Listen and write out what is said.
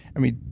i mean,